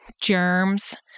germs